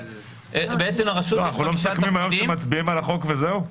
אנחנו לא מסכמים היום שמצביעים על החוק וזהו?